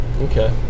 Okay